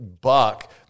buck